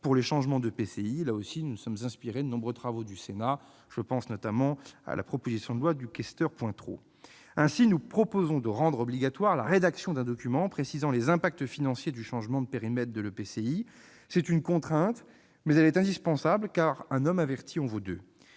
point également, nous nous sommes inspirés des nombreux travaux du Sénat. Je pense notamment à la proposition de loi de Rémy Pointereau. Ainsi, nous proposons de rendre obligatoire la rédaction d'un document précisant les impacts financiers du changement de périmètre de l'EPCI. C'est une contrainte, mais elle est indispensable, car « un homme averti en vaut deux